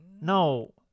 No